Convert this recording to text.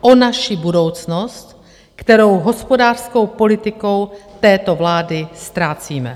O naši budoucnost, kterou hospodářskou politikou této vlády ztrácíme.